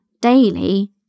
daily